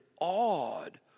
awed